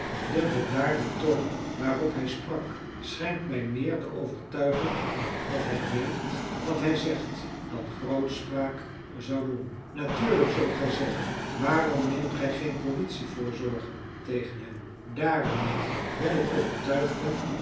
de bedaarde toon waarop hij sprak schenkt mij meer de overtuiging dat hij meent wat hij zegt dan grootspraak zou doen natuurlijk zult gij zeggen waarom neemt gij geen politie voorzorgen tegen hem daarom niet wijl ik overtuigd ben